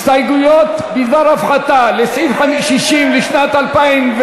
הסתייגויות בדבר הפחתה לסעיף 60 לשנת 2015,